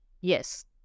Yes